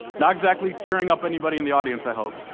not exactly tearing up anybody in the audience, i hope.